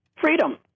Freedom